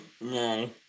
No